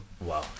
Wow